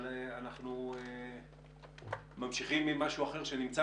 אבל אנחנו ממשיכים עם משהו אחר שנמצא,